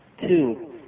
Two